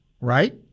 right